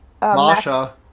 Masha